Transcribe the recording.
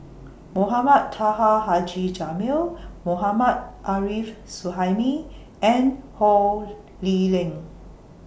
Mohamed Taha Haji Jamil Mohammad Arif Suhaimi and Ho Lee Ling